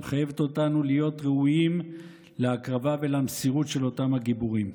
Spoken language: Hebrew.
שמחייבת אותנו להיות ראויים להקרבה ולמסירות של אותם הגיבורים.